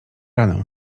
ranę